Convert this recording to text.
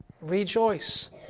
Rejoice